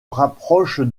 rapproche